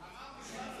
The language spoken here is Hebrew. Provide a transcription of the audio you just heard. אנחנו לא קיימים.